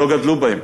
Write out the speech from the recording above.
לא גדלו בהם.